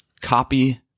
Copy